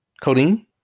Codeine